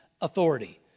authority